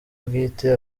bwite